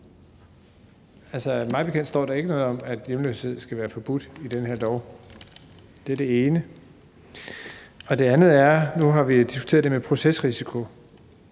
Altså, mig bekendt står der ikke noget om i den her lov, at hjemløshed skal være forbudt. Det er det ene. Det andet er, at nu har vi diskuteret det med procesrisiko,